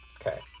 Okay